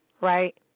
right